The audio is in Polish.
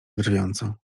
drwiąco